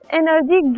energy